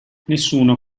nessuno